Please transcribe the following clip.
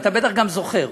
אתה בטח גם זוכר,